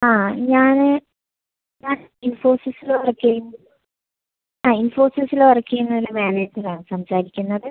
ആ ഞാന് ഞാൻ ഇൻഫോസിസില് വർക്ക് ചെയ്യുന്നു ആ ഇൻഫോസിസില് വർക്ക് ചെയ്യുന്നത് ഒരു മാനേജരാണ് സംസാരിക്കുന്നത്